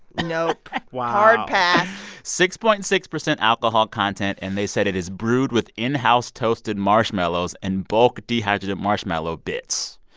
nope wow hard pass six-point-six percent alcohol content. and they said it is brewed with in-house toasted marshmallows and bulk dehydrated marshmallow bits.